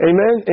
Amen